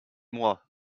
moi